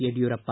Yediyurappa